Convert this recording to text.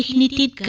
needed